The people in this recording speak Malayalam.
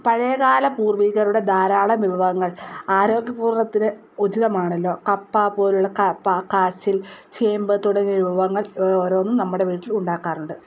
പഴയകാല പൂർവ്വികരുടെ ധാരാളം വിഭവങ്ങൾ ആരോഗ്യപൂർണ്ണത്തിന് ഉചിതമാണല്ലോ കപ്പ പോലുള്ള കപ്പ കാച്ചിൽ ചേമ്പ് തുടങ്ങിയ വിഭവങ്ങൾ ഓരോന്നും നമ്മുടെ വീട്ടിലും ഉണ്ടാക്കാറുണ്ട്